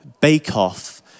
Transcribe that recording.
bake-off